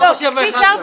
כביש 4 נכנס באמצע.